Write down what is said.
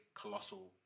colossal